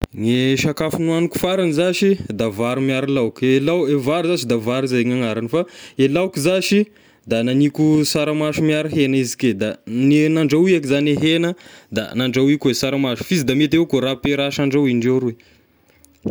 Gne sakafo nohaniko farany zashy da vary miaro laoky, e lao- vary zashy da vary zay gn'anaragny, fa e laoka zashy da naniko saramaso miaro hegna izy ky ,da ni- nandrahoiko zagny hegna, da nandrahoiko e saramaso, fa izy da mety akoa raha ampiharasa handrahoy indreo roy.